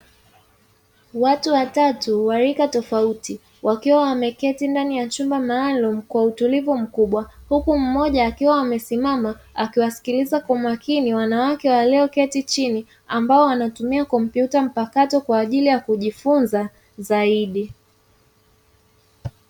Watu watatu wa rika tofauti wakiwa wameketi ndani ya chumba maalumu kwa utulivu mkubwa, huku mmoja akiwa amesimama akiwasikiliza kwa makini wanawake walioketi chini ambao wanatumia kompyuta mpakato kwa ajili ya kujifunza zaidi.